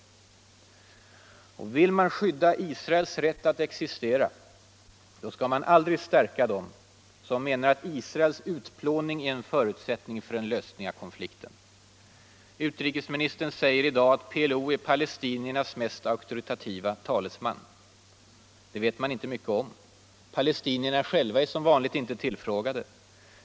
debatt och valutapolitisk debatt Och vill man skydda Israels rätt att existera skall man självfallet aldrig stärka dem som menar att Israels utplåning är en förutsättning för en lösning av konflikten. Utrikesministern säger i dag att PLO är palestiniernas ”mest auktoritativa talesman”. Det vet man inte mycket om. Palestinierna själva är som vanligt inte tillfrågade.